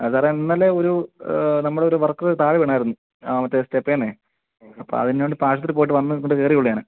ആ സാറേ ഇന്നലെ ഒരു നമ്മുടെ ഒരു വർക്കർ താഴെ വീണിരുന്നു ആ മറ്റേ സ്റ്റേപ്പിൽ നിന്നേ അപ്പോൾ അതിനുവേണ്ടി ഇപ്പം ആശുപത്രി പോയി വന്നു ഇപ്പോൾ ഇങ്ങോട്ട് കയറിയേ ഉള്ളൂ ഞാൻ